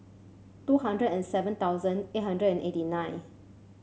two hundred and seven thousand eight hundred and eighty nine